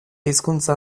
hizkuntza